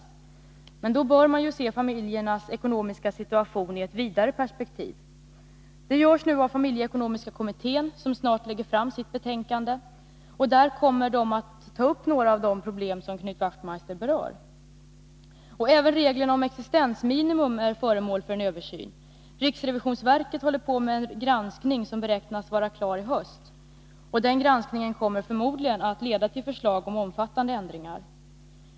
Men då bör man se på familjernas ekonomiska situation i ett vidare perspektiv. Detta gör också familjeekonomiska kommittén, som snart lägger fram sitt betänkande. Där kommer några av de problem som Knut Wachtmeister berör att tas upp. Även reglerna för existensminimum är föremål för översyn. Riksrevisionsverket håller på med en granskning, och denna beräknas vara klar i höst. Granskningen kommer förmodligen att leda till att förslag läggs fram om omfattande ändringar.